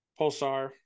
Pulsar